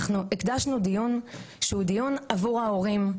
אנחנו הקדשנו דיון שהוא דיון עבור ההורים,